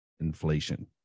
inflation